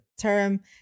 term